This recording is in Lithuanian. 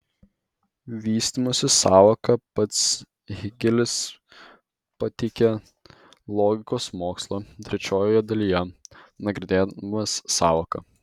vystymosi sąvoką pats hėgelis pateikė logikos mokslo trečioje dalyje nagrinėdamas sąvoką